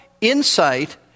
insight